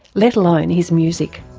let alone his music.